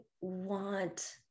want